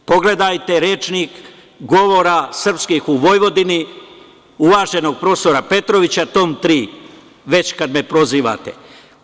Pogledajte rečnik govora srpskog u Vojvodini, uvaženog profesora Petrovića, Tom 3, kada me prozivate već.